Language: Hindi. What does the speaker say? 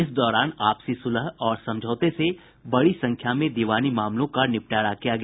इस दौरान आपसी सुलह और समझौते से बड़ी संख्या में दीवानी मामलों का निपटारा किया गया